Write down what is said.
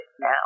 now